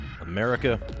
America